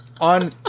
On